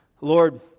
Lord